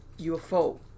ufo